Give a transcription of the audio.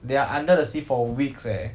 they are under the sea for weeks eh